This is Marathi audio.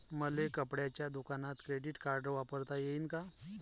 मले कपड्याच्या दुकानात क्रेडिट कार्ड वापरता येईन का?